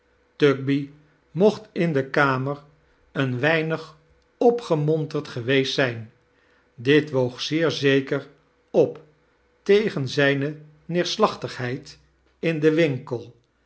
mocht in de kamer een weinig opgemonterd geweest zijn dit woog zeer z'eker op'tegen zijne neerslaehtighedd in den wi'nkel